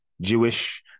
Jewish